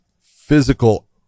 physical